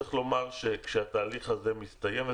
צריך לומר שכשהתהליך הזה מסתיים,